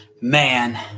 man